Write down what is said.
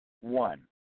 one